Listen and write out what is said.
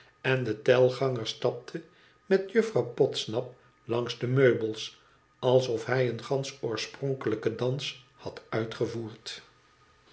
en de telganger stapte met jufirouw podsnap langs de meubels alsof hij een gansch oorspronkelijken dans had uitgevoerd